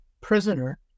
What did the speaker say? prisoner